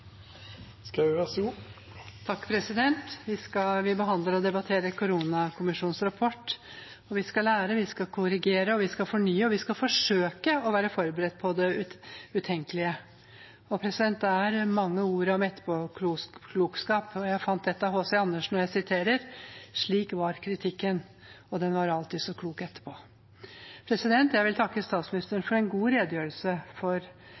Vi behandler og debatterer koronakommisjonens rapport, og vi skal lære, vi skal korrigere, vi skal fornye, og vi skal forsøke å være forberedt på det utenkelige. Det er mange ord om etterpåklokskap, og jeg fant noen av H.C. Andersen: Slik var kritikken, og den er alltid så klok – etterpå. Jeg vil takke statsministeren for